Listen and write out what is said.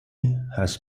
has